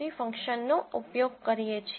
csv ફંક્શનનો ઉપયોગ કરીએ છીએ